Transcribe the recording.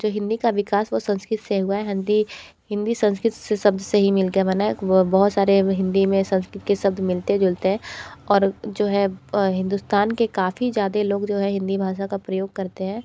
जो हिंदी का विकास वो संस्कृत से हुआ है हंदी हिंदी संस्कृत से शब्द से ही मिल कर बना है वो बहुत सारे हिंदी में संस्कृत के शब्द मिलते जुलते हैं और जो है हिंदुस्तान के काफ़ी ज़्यादा लोग जो है हिंदी भाषा का प्रयोग करते हैं